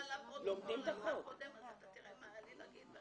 אם תעבור על הפרוטוקול הקודם תראה מה היה לי להגיד.